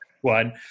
one